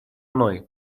мной